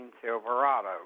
Silverado